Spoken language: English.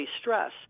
stress